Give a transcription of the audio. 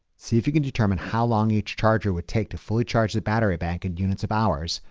see if you can determine how long each charger would take to fully charge the battery bank in units of hours,